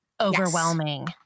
overwhelming